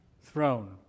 throne